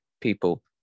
people